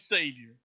Savior